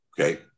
Okay